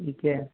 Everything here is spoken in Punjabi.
ਠੀਕ